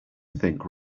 think